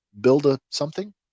build-a-something